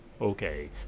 Okay